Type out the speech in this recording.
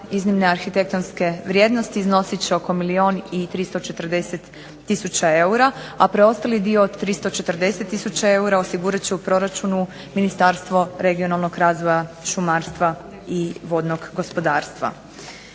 iznimne arhitektonske vrijednosti iznosit će oko milijun 340 tisuća eura, a preostali dio od 340 tisuća eura osigurat će u proračunu Ministarstvo regionalnog razvoja, šumarstva i vodnog gospodarstva.